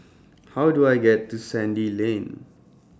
How Do I get to Sandy Lane